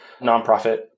nonprofit